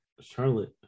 Charlotte